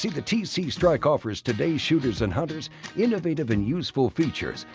the tc strike offers today's shooters and hunters innovative and useful features,